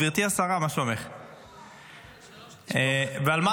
גברתי השרה, מה שלומך?